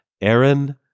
Aaron